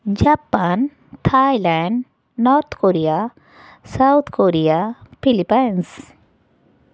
Japan Thailand North Korea South Korea Philippines